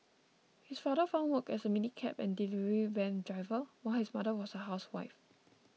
his father found work as a minicab and delivery van driver while his mother was a housewife